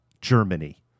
Germany